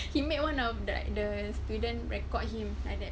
he made one of the like the student record him like that